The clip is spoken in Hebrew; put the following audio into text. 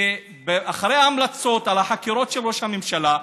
שאחרי ההמלצות על החקירות של ראש הממשלה,